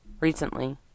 recently